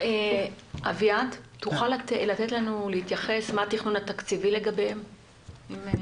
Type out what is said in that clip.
אביעד תוכל להתייחס לתכנון התקציבי לגביהם?